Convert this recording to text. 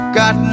got